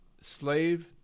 slave